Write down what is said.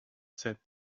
said